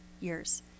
years